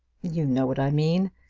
you know what i mean.